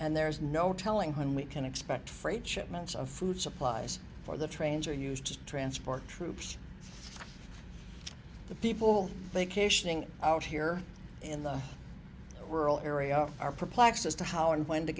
and there is no telling when we can expect freight shipments of food supplies for the trains are used to transport troops the people think a shooting out here in the rural areas are perplexed as to how and when to